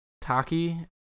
Taki